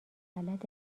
اطلاعات